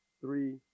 three